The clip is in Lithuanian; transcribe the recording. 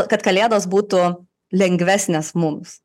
kad kalėdos būtų lengvesnės mums